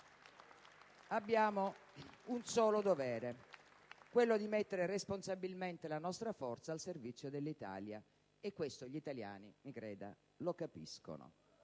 Abbiamo un solo dovere: quello di mettere responsabilmente la nostra forza al servizio dell'Italia. E questo gli italiani - mi creda - lo capiscono.